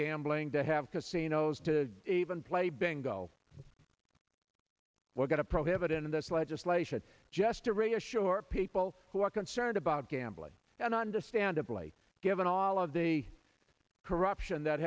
gambling to have casinos to even play bingo we're going to prohibit in this legislation just to reassure people who are concerned about gambling and understandably given all of the corruption that